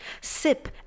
Sip